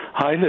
Hi